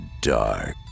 dark